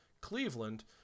Cleveland